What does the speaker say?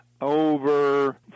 over